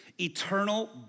eternal